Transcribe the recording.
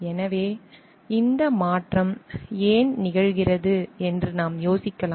எனவே இந்த மாற்றம் ஏன் நிகழ்கிறது என்று நாம் யோசிக்கலாம்